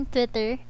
Twitter